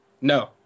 No